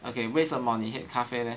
okay 为什么你 hate 咖啡的